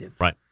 Right